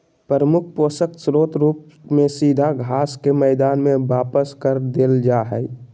प्रमुख पोषक स्रोत रूप में सीधा घास के मैदान में वापस कर देल जा हइ